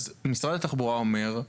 אז משרד התחבורה אומר,